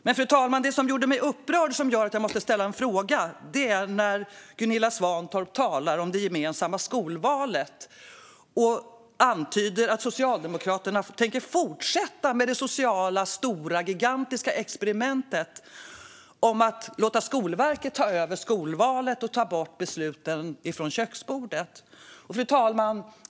Men det som gjorde mig upprörd och som gjorde att jag måste ställa en fråga var när Gunilla Svantorp talade om det gemensamma skolvalet och antydde att Socialdemokraterna tänker fortsätta med det gigantiska sociala experimentet att låta Skolverket ta över skolvalet och ta bort besluten från köksborden. Fru talman!